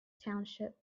township